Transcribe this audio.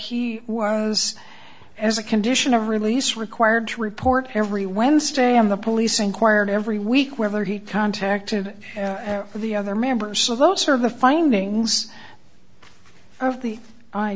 he was as a condition of release required to report every wednesday and the police inquired every week whether he contacted the other members so those are the findings of the